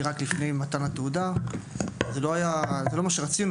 רק לפני מתן התעודה זה לא מה שאנחנו רוצים,